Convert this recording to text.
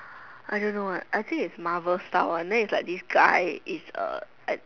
I don't know I think is Marvel style one then is like this guy is a